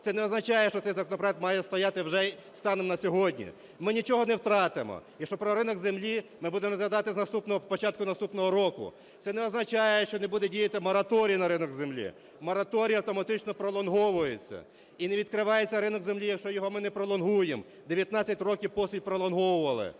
це не означає, що цей законопроект має стояти вже станом на сьогодні. Ми нічого не втратимо, якщо про ринок землі ми будемо розглядати з наступного, з початку наступного року. Це не означає, що не буде діяти мораторій на ринок землі. Мораторій автоматично пролонговується. І не відкривається ринок землі, якщо його ми не пролонгуємо. 19 років поспіль пролонговували.